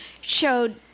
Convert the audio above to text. showed